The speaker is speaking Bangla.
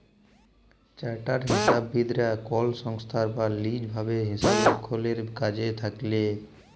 চার্টার্ড হিসাববিদ রা কল সংস্থায় বা লিজ ভাবে হিসাবরক্ষলের কাজে থাক্যেল